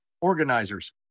organizers